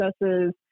processes